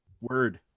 word